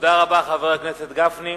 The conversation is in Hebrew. תודה רבה, חבר הכנסת גפני.